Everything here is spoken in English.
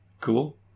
Cool